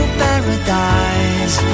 paradise